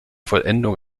vollendung